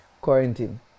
quarantine